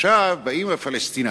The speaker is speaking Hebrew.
עכשיו, באים הפלסטינים